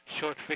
short